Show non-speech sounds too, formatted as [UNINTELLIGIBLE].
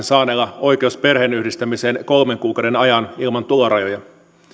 [UNINTELLIGIBLE] saaneella oikeus perheenyhdistämiseen kolmen kuukauden ajan ilman tulorajoja